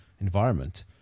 environment